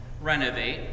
renovate